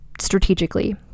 strategically